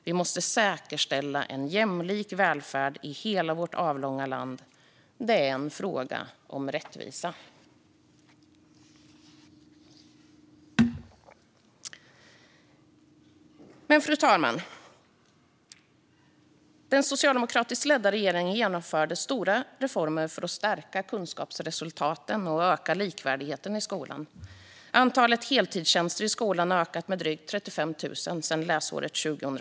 Vi måste säkerställa en jämlik välfärd i hela vårt avlånga land. Det är en fråga om rättvisa. Fru talman! Den socialdemokratiskt ledda regeringen genomförde stora reformer för att stärka kunskapsresultaten och öka likvärdigheten i skolan. Antalet heltidstjänster i skolan har ökat med drygt 35 000 sedan läsåret 2014/15.